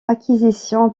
acquisition